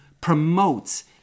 promotes